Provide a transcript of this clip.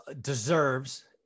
deserves